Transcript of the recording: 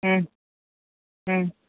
ഉം ഉം